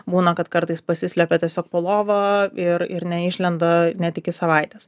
būna kad kartais pasislepia tiesiog po lova ir ir neišlenda net iki savaitės